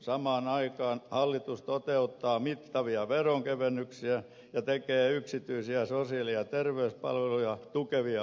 samaan aikaan hallitus toteuttaa mittavia veronkevennyksiä ja tekee yksityisiä sosiaali ja terveyspalveluita tukevia uudistuksia